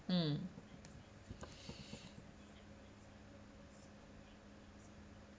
mm